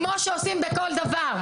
כמו שעושים בכל דבר.